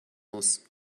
muss